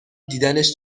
دیدنش